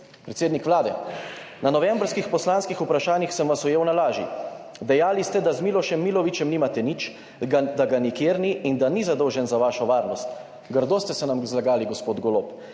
Predsednik Vlade, na novembrskih poslanskih vprašanjih sem vas ujel na laži. Dejali ste, da z Milošem Milovićem nimate nič, da ga nikjer ni in da ni zadolžen za vašo varnost. Grdo ste se nam zlagali, gospod Golob.